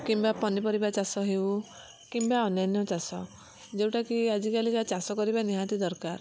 କିମ୍ବା ପନିପରିବା ଚାଷ ହେଉ କିମ୍ବା ଅନାନ୍ୟା ଚାଷ ଯେଉଁଟାକି ଆଜିକାଲି ଯା ଚାଷ କରିବା ନିହାତି ଦରକାର